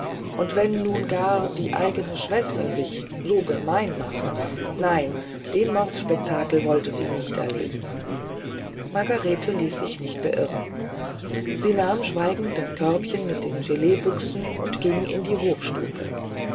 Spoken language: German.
und wenn nun gar die eigene schwester sich so gemein mache nein den mordspektakel wolle sie nicht erleben margarete ließ sich nicht beirren sie nahm schweigend das körbchen mit den geleebüchsen und ging in die